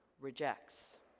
rejects